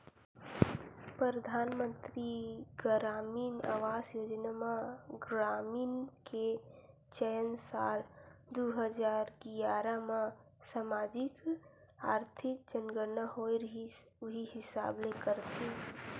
परधानमंतरी गरामीन आवास योजना म ग्रामीन के चयन साल दू हजार गियारा म समाजिक, आरथिक जनगनना होए रिहिस उही हिसाब ले करथे